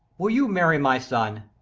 will you marry my son?